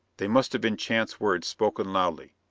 they must have been chance words spoken loudly.